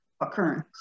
occurrence